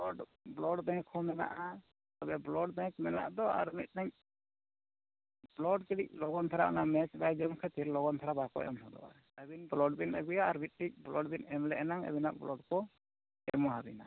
blood blood bank ᱠᱚ ᱦᱚᱸ ᱢᱮᱱᱟᱜᱼᱟ ᱛᱚᱵᱮ ᱵᱞᱟᱰ ᱵᱮᱝᱠ ᱢᱮᱱᱟᱜ ᱫᱚ ᱟᱨ ᱢᱤᱫᱴᱤᱡ ᱵᱞᱟᱰ ᱠᱟᱹᱴᱤᱡ ᱞᱚᱜᱚᱱ ᱫᱷᱟᱨᱟ ᱢᱮᱪ ᱵᱟᱭ ᱡᱚᱢ ᱠᱷᱟᱹᱛᱤᱨ ᱞᱚᱜᱚᱱ ᱫᱷᱟᱨᱟ ᱵᱟᱠᱚ ᱮᱢ ᱦᱚᱫᱚᱜᱼᱟ ᱟᱹᱵᱤᱱ ᱵᱞᱟᱰ ᱵᱤᱱ ᱟᱹᱜᱩᱭᱟ ᱟᱨ ᱢᱤᱫᱴᱤᱡ ᱵᱞᱟᱰ ᱵᱤᱱ ᱮᱢ ᱞᱮᱜ ᱮᱱᱟᱝ ᱟᱹᱵᱤᱱᱟᱜ ᱵᱞᱟᱰ ᱠᱚ ᱮᱢᱟ ᱵᱤᱱᱟ